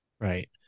Right